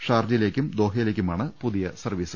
ഷാർജയിലേക്കും ദോഹയിലേക്കുമാണ് പുതിയ സർവീസ്